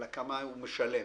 אלא כמה הוא משלם,